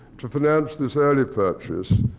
to finance this early purchase.